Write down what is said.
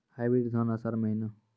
Hybrid धान आषाढ़ महीना?